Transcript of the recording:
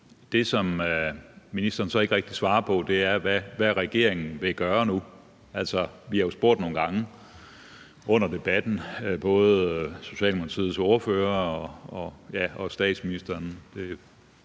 det, som ministeren så ikke rigtig svarer på, er, hvad regeringen vil gøre nu. Vi har jo nogle gange under debatten spurgt både Socialdemokratiets ordfører og statsministeren